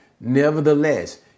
Nevertheless